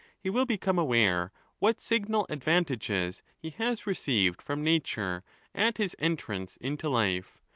he will become aware what signal advantages he has received from nature at his entrance into life,